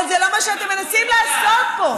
אבל זה לא מה שאתם מנסים לעשות פה.